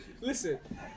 Listen